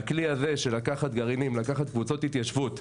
והכלי הזה של לקחת גרעינים וקבוצות התיישבות,